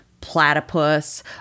platypus